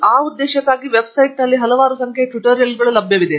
ಆ ಉದ್ದೇಶಕ್ಕಾಗಿ ವೆಬ್ನಲ್ಲಿ ಹಲವಾರು ಸಂಖ್ಯೆಯ ಟ್ಯುಟೋರಿಯಲ್ಗಳು ಲಭ್ಯವಿವೆ